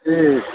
ए